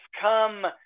come